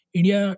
India